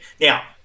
Now